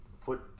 foot